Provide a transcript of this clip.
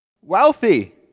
Wealthy